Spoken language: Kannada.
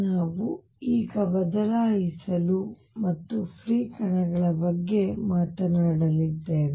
ನಾವು ಈಗ ಬದಲಾಯಿಸಲು ಮತ್ತು ಫ್ರೀ ಕಣಗಳ ಬಗ್ಗೆ ಮಾತನಾಡಲಿದ್ದೇವೆ